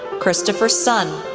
christopher sun,